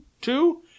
two